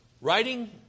writing